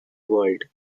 world